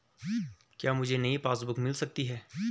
क्या मुझे नयी पासबुक बुक मिल सकती है?